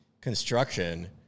construction